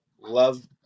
love